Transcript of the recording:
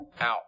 out